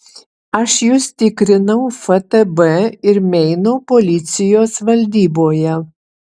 aš jus tikrinau ftb ir meino policijos valdyboje